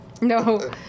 No